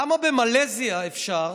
למה במלזיה אפשר?